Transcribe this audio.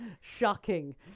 shocking